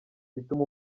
bituma